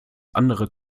andere